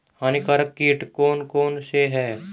हानिकारक कीट कौन कौन से हैं?